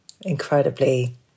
incredibly